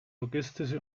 logistische